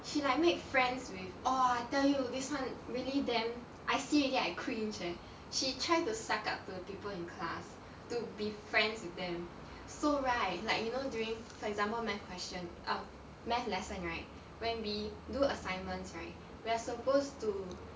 she like make friends with !wah! I tell you this [one] really damn I see already I cringe eh she try to suck up to people in class to be friends with them so right like you know during for example math question um math lesson right when we do assignments right we are supposed to